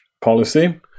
policy